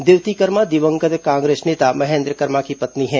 देवती कर्मा दिवंगत कांग्रेस नेता महेन्द्र कर्मा की पत्नी है